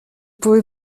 pouvez